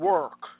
Work